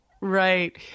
Right